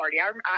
party